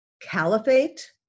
caliphate